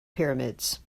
pyramids